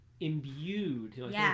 imbued